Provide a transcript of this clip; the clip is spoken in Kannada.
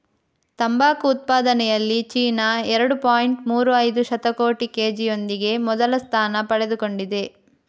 ತಂಬಾಕು ಉತ್ಪಾದನೆಯಲ್ಲಿ ಚೀನಾ ಎರಡು ಪಾಯಿಂಟ್ ಮೂರು ಐದು ಶತಕೋಟಿ ಕೆ.ಜಿಯೊಂದಿಗೆ ಮೊದಲ ಸ್ಥಾನ ಪಡೆದುಕೊಂಡಿದೆ